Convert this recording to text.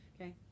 Okay